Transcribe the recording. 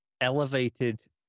elevated